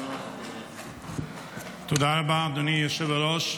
תודה רבה, אדוני היושב-ראש.